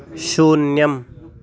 शून्यम्